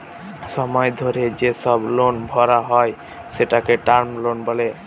সময় ধরে যেসব লোন ভরা হয় সেটাকে টার্ম লোন বলে